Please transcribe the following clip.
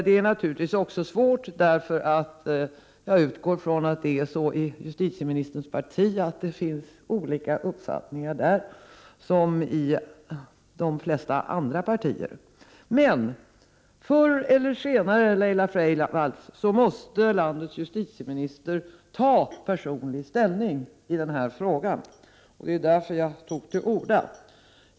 Det är naturligtvis också svårt att svara på frågan därför att det — jag utgår från det — också i justitieministerns parti finns olika uppfattningar såsom i de flesta andra partier. Men förr eller senare, Laila Freivalds, måste också landets justitieminister ta personlig ställning i denna fråga. Det är därför jag tog till orda.